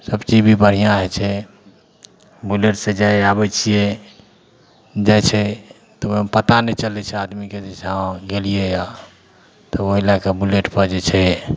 सबचीज भी बढ़िआँ होइ छै बुलेटसे जाइ आबै छिए जाइ छै तऽ ओहिमे पता नहि चलै छै आदमीके जे हँ गेलिए हँ तऽ ओहि लैके बुलेटपर जे छै